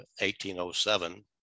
1807